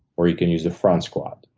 or you can use the front squat.